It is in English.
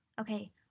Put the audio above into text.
Okay